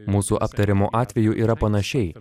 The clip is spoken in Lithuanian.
mūsų aptariamu atveju yra panašiai